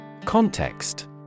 Context